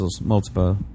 multiple